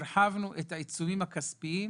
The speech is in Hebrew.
הרחבנו את העיצומים הכספיים